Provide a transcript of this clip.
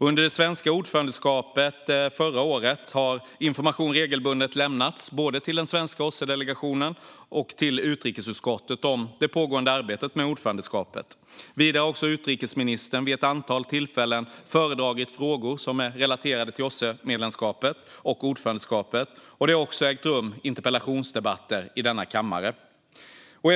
Under det svenska ordförandeskapet förra året har information regelbundet lämnats till både den svenska OSSE-delegationen och utrikesutskottet om det pågående arbetet med ordförandeskapet. Vidare har utrikesministern vid ett antal tillfällen föredragit frågor som är relaterade till OSSE-medlemskapet och ordförandeskapet. Det har också ägt rum interpellationsdebatter om sådana frågor i denna kammare.